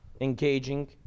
engaging